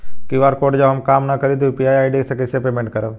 QR code जब काम ना करी त यू.पी.आई आई.डी से कइसे पेमेंट कर पाएम?